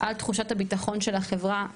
על תחושת הביטחון של החברה בכלל,